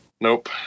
Nope